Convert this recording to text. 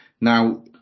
Now